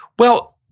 well,